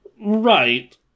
right